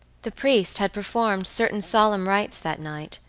the priest had performed certain solemn rites that night,